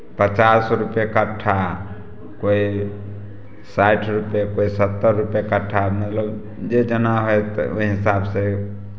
पचास रुपैए कट्ठा कोइ साठि रुपैए कोइ सत्तरि रुपैए कट्ठा मतलब जे जेना हइ तऽ ओहि हिसाबसँ